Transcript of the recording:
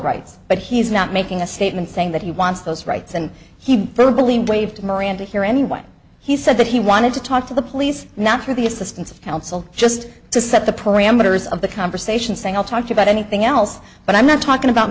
rights but he's not making a statement saying that he wants those rights and he probably waived miranda here anyway he said that he wanted to talk to the police not through the assistance of counsel just to set the parameters of the conversation saying i'll talk about anything else but i'm not talking about